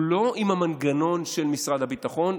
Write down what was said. הוא לא עם המנגנון של משרד הביטחון,